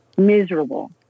Miserable